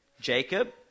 Jacob